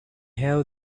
have